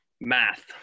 math